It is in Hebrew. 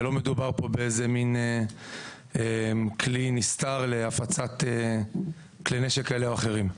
ולא מדובר פה באיזה מן כלי נסתר להפצת כלי נשק כאלה או אחרים.